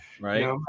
Right